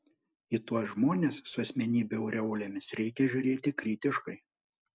į tuos žmones su asmenybių aureolėmis reikia žiūrėti kritiškai